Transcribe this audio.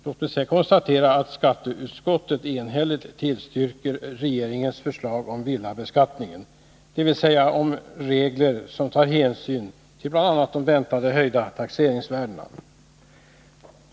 Låt mig sedan konstatera att skatteutskottet enhälligt tillstyrker regeringens förslag om villabeskattningen, dvs. om regler som tar hänsyn till bl.a. de väntade höjda taxeringsvärdena.